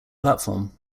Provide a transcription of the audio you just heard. platform